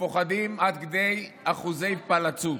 מפוחדים עד כדי אחוזי פלצות.